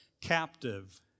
captive